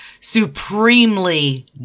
supremely